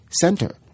center